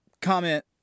comment